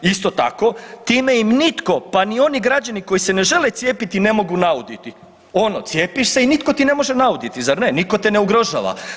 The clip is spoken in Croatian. Isto tako, time im nitko, pa ni oni građani koji se ne žele cijepiti ne mogu nauditi, ono, cijepiš se i nitko ti ne može nauditi, zar ne, nitko te ne ugrožava.